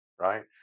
right